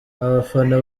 abafana